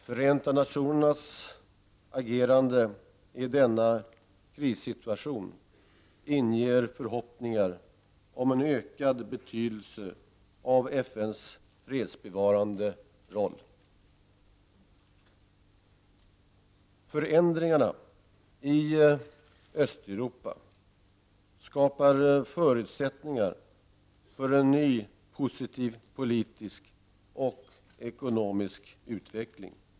Förenta nationernas agerande i denna krissituation inger förhoppningar om en ökad betydelse för FNs fredsbevarande roll. Förändringarna i Östeuropa skapar förutsättningar för en ny och positiv politisk och ekonomisk utveckling.